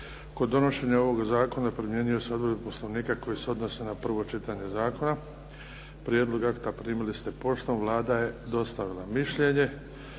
kod donošenja ovog zakona primjenjuju se odredbe Poslovnika koje se odnose na prvo čitanje zakona. Prijedlog akta primili ste poštom. Vlada je dostavila mišljenje.